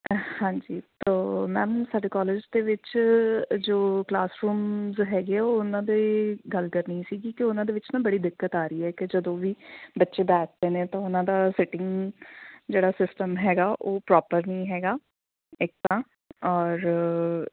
ਹਾਂਜੀ ਤੋ ਮੈਮ ਸਾਡੇ ਕੋਲੇਜ ਦੇ ਵਿੱਚ ਜੋ ਕਲਾਸ ਰੂਮਜ਼ ਹੈਗੇ ਆ ਉਹ ਉਹਨਾਂ ਦੇ ਗੱਲ ਕਰਨੀ ਸੀਗੀ ਕਿ ਉਹਨਾਂ ਦੇ ਵਿੱਚ ਨਾ ਬੜੀ ਦਿੱਕਤ ਆ ਰਹੀ ਹੈ ਕਿ ਜਦੋਂ ਵੀ ਬੱਚੇ ਬੈਠਦੇ ਨੇ ਤਾਂ ਉਹਨਾਂ ਦਾ ਸੀਟਿੰਗ ਜਿਹੜਾ ਸਿਸਟਮ ਹੈਗਾ ਉਹ ਪ੍ਰੋਪਰ ਨਹੀਂ ਹੈਗਾ ਇੱਕ ਤਾਂ ਔਰ